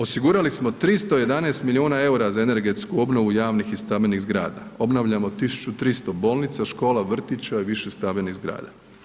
Osigurali smo 311 milijuna EUR-a za energetsku obnovu javnih i stambenih zgrada, obnavljamo 1300 bolnica, škola, vrtića i više stambenih zgrada.